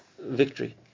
victory